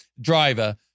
driver